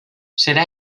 serà